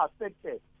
affected